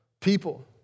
people